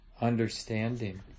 understanding